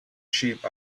sheep